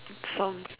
songs